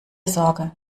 sorge